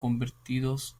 convertidos